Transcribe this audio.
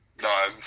no